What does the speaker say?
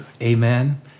Amen